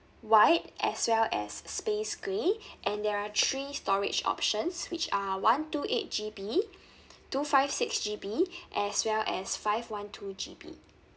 white as well as space grey and there are three storage options which are one two eight G_B two five six G_B as well as five one two G_B